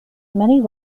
many